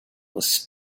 was